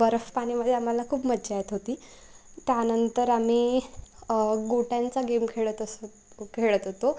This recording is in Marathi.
बरफ पानीमध्ये आम्हाला खूप मज्जा येत होती त्यानंतर आम्ही गोट्यांचा गेम खेळत असत खेळत होतो